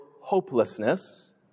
hopelessness